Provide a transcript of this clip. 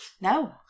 No